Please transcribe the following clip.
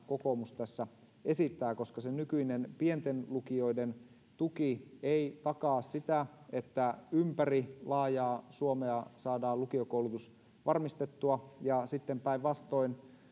kokoomus tässä esittää koska se nykyinen pienten lukioiden tuki ei takaa sitä että ympäri laajaa suomea saadaan lukiokoulutus varmistettua se voi päinvastoin